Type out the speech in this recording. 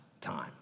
time